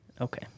Okay